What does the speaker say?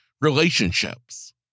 relationships